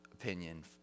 opinion